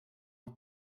for